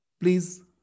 Please